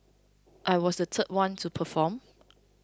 I was the third one to perform